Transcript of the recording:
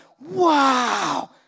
wow